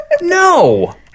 No